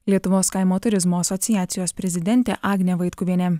lietuvos kaimo turizmo asociacijos prezidentė agnė vaitkuvienė